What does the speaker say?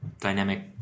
dynamic